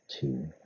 two